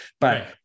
But-